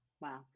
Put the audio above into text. Wow